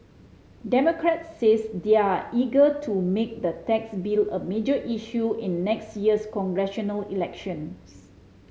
democrats says they're eager to make the tax bill a major issue in next year's congressional elections